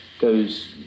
goes